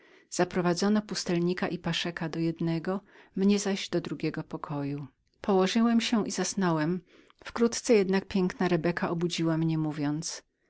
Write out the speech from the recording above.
zaprowadzono pustelnika i paszeka do jednego mnie zaś do drugiego pokoju położyłem się i zasnąłem wkrótce jednak piękna rebeka obudziła mnie mówiąc